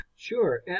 Sure